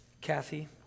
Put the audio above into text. Kathy